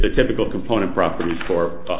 the typical component properties for the